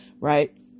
right